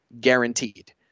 guaranteed